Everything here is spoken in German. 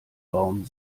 baum